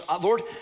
Lord